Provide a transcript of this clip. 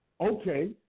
okay